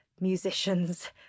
musicians